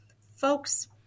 folks